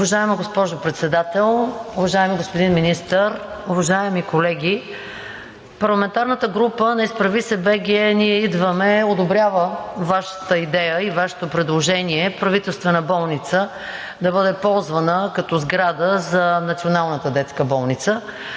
Уважаема госпожо Председател, уважаеми господин Министър, уважаеми колеги! Парламентарната група на „Изправи се БГ! Ние идваме!“ одобрява Вашата идея и Вашето предложение Правителствена болница да бъде ползвана като сграда за Националната детска болница.